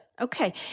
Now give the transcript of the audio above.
Okay